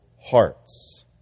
hearts